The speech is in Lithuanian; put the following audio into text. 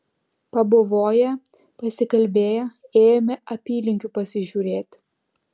pabuvoję pasikalbėję ėjome apylinkių pasižiūrėti